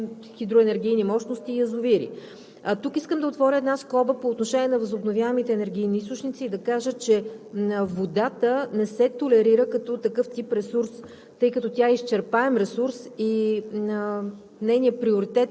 не е заложено изграждането на нов тип хидроенергийни мощности и язовири. Тук искам да отворя една скоба по отношение на възобновяемите енергийни източници и да кажа, че водата не се толерира като такъв тип ресурс,